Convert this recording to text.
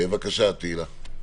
בבקשה, תהלה.